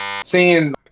seeing